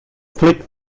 flick